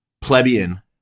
plebeian